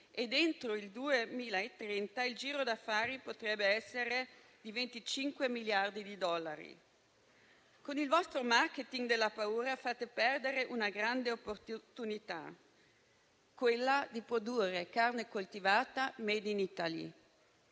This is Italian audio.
ed entro il 2030 il giro d'affari potrebbe essere di 25 miliardi di dollari. Con il vostro *marketing* della paura fate perdere una grande opportunità, quella di produrre carne coltivata *made in Italy*.